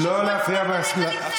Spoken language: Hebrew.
אולי תענה לטענות הענייניות,